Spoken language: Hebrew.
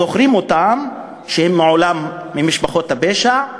שוכרים אותם מעולם משפחות הפשע,